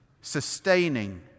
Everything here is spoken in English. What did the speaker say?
sustaining